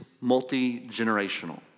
multi-generational